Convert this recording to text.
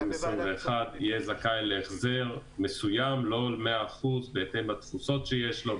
יהיה זכאי להחזיר מסוים לא 100% - בהתאם לתפוסות שיש לו,